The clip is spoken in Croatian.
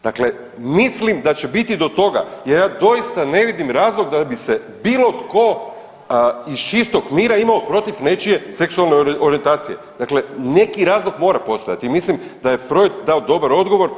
Dakle, mislim da će biti do toga jer ja doista ne vidim razlog da vi se bilo tko iz čistog mira imao protiv nečije seksualne orijentacije, dakle neki razlog mora postojati i mislim da je Freud dao dobar odgovor.